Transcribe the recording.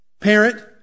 Parent